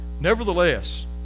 Nevertheless